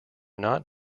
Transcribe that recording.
not